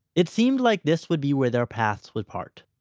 it seemed like this would be where their paths would part.